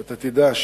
שאתה תדע,